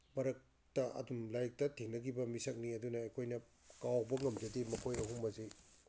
ꯃꯔꯛꯇ ꯑꯗꯨꯝ ꯂꯥꯏꯔꯤꯛꯇ ꯊꯦꯡꯅꯈꯤꯕ ꯃꯤꯁꯛꯅꯤ ꯑꯗꯨꯅ ꯑꯩꯈꯣꯏꯅ ꯀꯥꯎꯕ ꯉꯝꯖꯗꯦ ꯃꯈꯣꯏ ꯑꯍꯨꯝ ꯑꯁꯦ